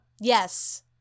Yes